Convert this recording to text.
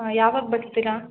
ಹಾಂ ಯಾವಾಗ ಬರ್ತೀರಾ